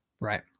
right